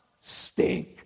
stink